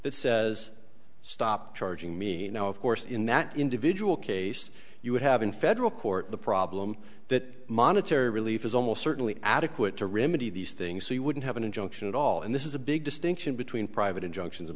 that says stop charging me now of course in that individual case you would have in federal court the problem that monetary relief is almost certainly adequate to remedy these things so you wouldn't have an injunction at all and this is a big distinction between private injunction